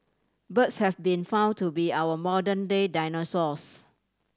birds have been found to be our modern day dinosaurs